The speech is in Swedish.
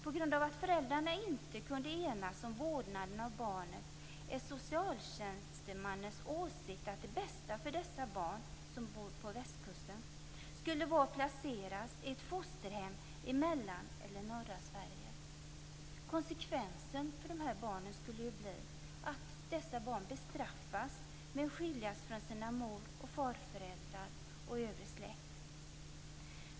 På grund av att föräldrarna inte kan enas om vårdnaden av barnen är socialtjänstemannens åsikt att det bästa för dessa barn, som bor på västkusten, skulle vara att placeras i ett fosterhem i mellersta eller norra Sverige. Konsekvensen för dessa barn skulle bli att de bestraffas med att skiljas från mor och farföräldrar och övrig släkt.